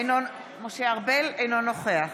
אינו נוכח